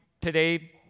today